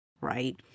right